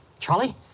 Charlie